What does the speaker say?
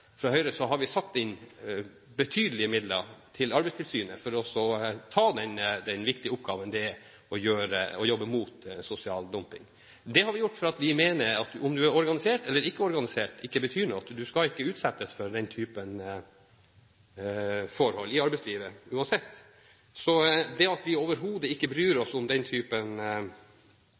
fra Høyres side har vi satt inn betydelige midler til Arbeidstilsynet for å ta den viktige oppgaven det er å jobbe mot sosial dumping. Det har vi gjort, fordi vi mener det ikke betyr noe om du er organisert eller ikke organisert. Du skal ikke utsettes for den type forhold i arbeidslivet – uansett. Så det at vi overhodet ikke bryr